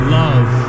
love